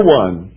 one